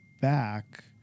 back